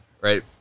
right